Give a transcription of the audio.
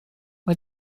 mae